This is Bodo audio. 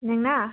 नोंना